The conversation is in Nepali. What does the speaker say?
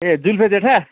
ए जुल्फे जेठा